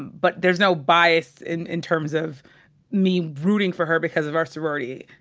but there's no bias in in terms of me rooting for her because of our sorority.